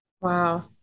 Wow